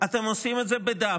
אתם עושים את זה בדווקא.